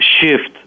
shift